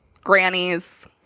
Grannies